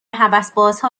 هوسبازها